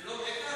זה לא מכה?